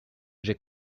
j’ai